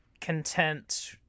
content